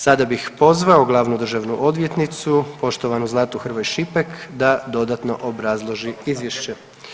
Sada bih pozvao glavnu državnu odvjetnicu poštovanu Zlatu Hrvoje Šipek da dodatno obrazloži izvješće.